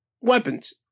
weapons